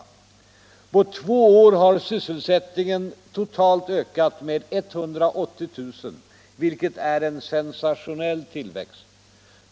På två år har sysselsättningen totalt ökat med 180 000, vilket är en sensationell tillväxt.